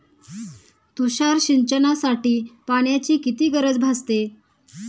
तुषार सिंचनासाठी पाण्याची किती गरज भासते?